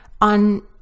On